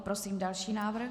Prosím další návrh.